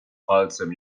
palcem